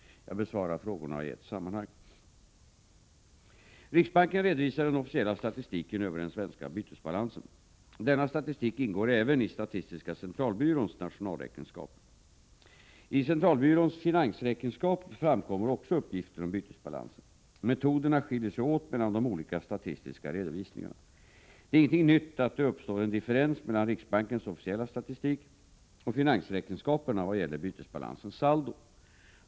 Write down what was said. Jag besvarar frågorna i ett sammanhang. Riksbanken redovisar den officiella statistiken över den svenska bytesbalansen. Denna statistik ingår även i statistiska centralbyråns nationalräkenskaper. I centralbyråns finansräkenskaper framkommer också uppgifter om bytesbalansen. Metoderna skiljer sig åt mellan de olika statistiska redovisningarna. Det är ingenting nytt att det uppstår en differens mellan riksbankens officiella statistik och finansräkenskaperna vad gäller bytesbalansens saldo.